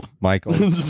Michael